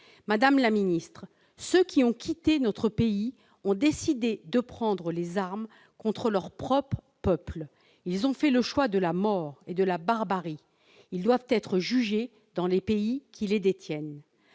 Madame la garde des sceaux, ceux qui ont quitté notre pays ont décidé de prendre les armes contre leur propre peuple. Ils ont fait le choix de la mort et de la barbarie. Ils doivent être jugés dans les pays qui les détiennent.